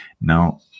Now